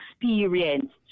experienced